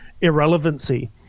irrelevancy